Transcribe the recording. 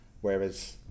whereas